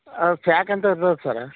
ಅದು ಪ್ಯಾಕಂತ ಇರ್ತದೆ ಸರ್ರ